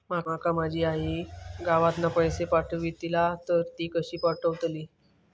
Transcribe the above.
माका माझी आई गावातना पैसे पाठवतीला तर ती कशी पाठवतली?